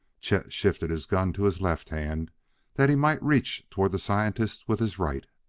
chet shifted his gun to his left hand that he might reach toward the scientist with his right.